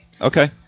Okay